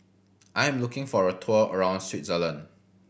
I am looking for a tour around Switzerland